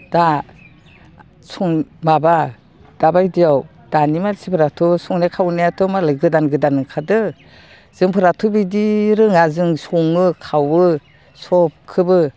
दा माबा दाबायदियाव दानि मानसिफ्राथ' संनाय खावनायाथ' मालाय गोदान गोदान ओंखारदों जोंफोराथ' बिदि रोङा जों सङो खावो सबखौबो